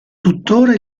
tuttora